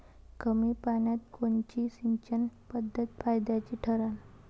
कमी पान्यात कोनची सिंचन पद्धत फायद्याची ठरन?